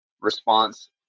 response